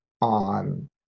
on